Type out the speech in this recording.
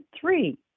three